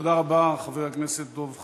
תודה רבה, חבר הכנסת דב חנין.